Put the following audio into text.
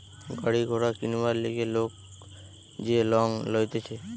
গাড়ি ঘোড়া কিনবার লিগে লোক যে লং লইতেছে